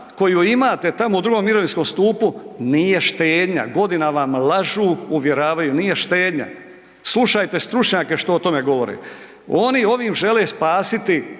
koju imate tamo u drugom mirovinskom stupu nije štednja, godinama vam lažu, uvjeravaju nije štednja. Slušajte stručnjake što o tome govore. Oni ovim žele spasiti